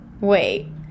wait